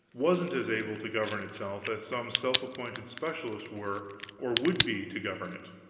wasn't as able to govern itself as some self-appointed specialists were or would be to govern it.